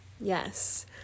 Yes